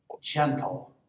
Gentle